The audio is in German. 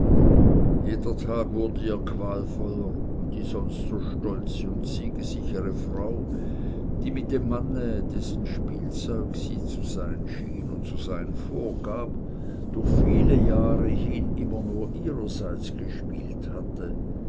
jeder tag wurd ihr qualvoller und die sonst so stolze und siegessichere frau die mit dem manne dessen spielzeug sie zu sein schien und zu sein vorgab durch viele jahre hin immer nur ihrerseits gespielt hatte